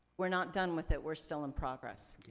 we're not done with it. we're still in progress.